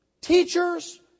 teachers